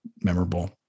Memorable